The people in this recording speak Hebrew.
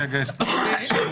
רגע היסטורי.